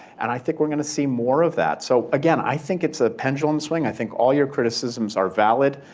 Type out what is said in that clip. and i think we're going to see more of that. so again, i think it's a pendulum swing. i think all your criticisms are valid.